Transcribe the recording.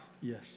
Yes